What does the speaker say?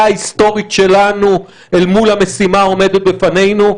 ההיסטורית שלנו אל מול המשימה העומדת בפנינו?